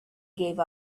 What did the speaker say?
gave